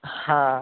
हां